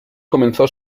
comenzó